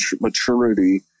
maturity